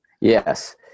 Yes